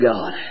God